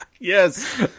Yes